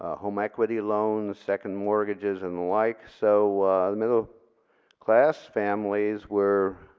ah home equity loans, second mortgages and the likes. so middle class families were